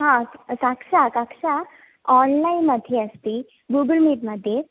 कक्षा कक्षा आन्लैन् मध्ये अस्ति गूगल् मीट् मध्ये